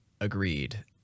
Agreed